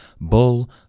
Bull